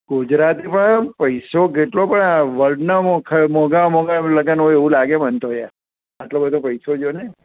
ગુજરાતમાં પૈસો કેટલો પણ આ વર્લ્ડનાં મોંઘામાં મોંઘા લગ્ન હોય એવું લાગે મને તો યાર આટલો બધો પૈસો જો ને